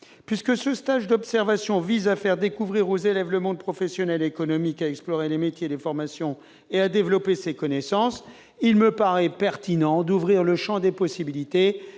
Puisque ce stage d'observation vise à faire découvrir aux élèves le monde professionnel et économique, à explorer les métiers et les formations et à développer leurs connaissances, il me paraît pertinent d'ouvrir le champ des possibilités